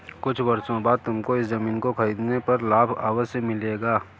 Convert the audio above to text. कुछ वर्षों बाद तुमको इस ज़मीन को खरीदने पर लाभ अवश्य मिलेगा